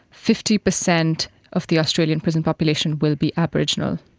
fifty percent of the australian prison population will be aboriginal.